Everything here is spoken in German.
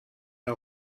der